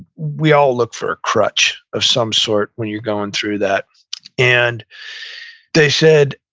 we all look for a crutch of some sort when you're going through that and they said,